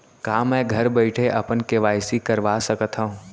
का मैं घर बइठे अपन के.वाई.सी करवा सकत हव?